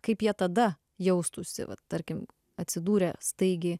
kaip jie tada jaustųsi vat tarkim atsidūrę staigiai